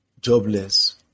jobless